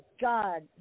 God